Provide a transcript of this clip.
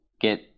get